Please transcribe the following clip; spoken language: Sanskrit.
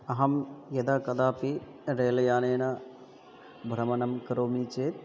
अहं यदा कदापि रेल यानेन भ्रमणं करोमि चेत्